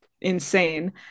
insane